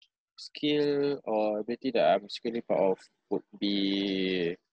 skill or ability that I'm secretly proud of would be